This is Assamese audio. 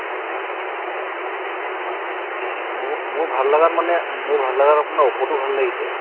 আচ্ছা হয় নেকি মো মোৰ ভাল লগাত মানে মোৰ ভাল লগাত আপোনাৰ অপ'টো ভাল লাগিছে